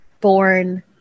born